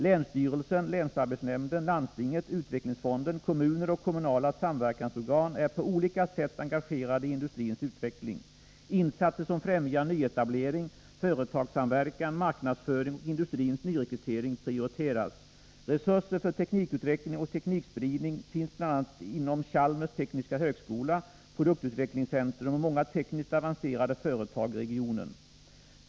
Länsstyrelsen, länsarbetsnämnden, landstinget, utvecklingsfonden, kommuner och kommunala samverkansorgan är på olika sätt engagerade i industrins utveckling. Insatser som främjar nyetablering, företagssamverkan, marknadsföring och industrins nyrekrytering prioriteras. Resurser för teknikutveckling och teknikspridning finns inom bl.a. Chalmers tekniska högskola, produktutvecklingscentrum och många tekniskt avancerade företag i regionen.